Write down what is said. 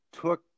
took